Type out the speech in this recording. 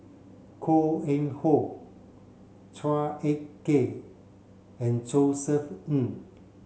Koh Eng Hoon Chua Ek Kay and Josef Ng